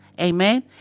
amen